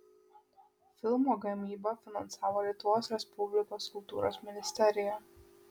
filmo gamybą finansavo lietuvos respublikos kultūros ministerija